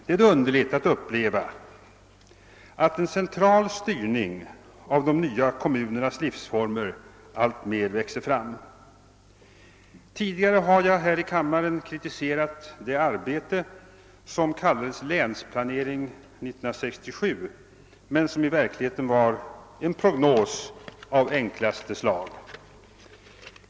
Det är då underligt att uppleva att en central styrning av de nya kommunernas livsformer alltmer växer fram. Tidigare har jag här i kammaren kritiserat det arbete som kallades länsplanering 67 men som i verkligheten var en prognos av enklaste slag.